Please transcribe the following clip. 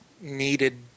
needed